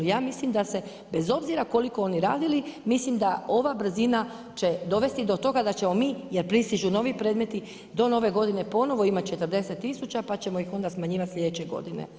Ja mislim da se bez obzira koliko oni radili, mislim da ova brzina će dovesti do toga, da ćemo mi, jer pristižu novi predmeti do nove godine ponovno imati 40000 pa ćemo ih onda smanjivati sljedeće godine.